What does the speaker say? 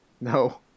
no